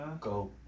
Go